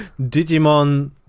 Digimon